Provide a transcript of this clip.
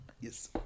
yes